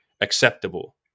acceptable